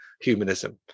humanism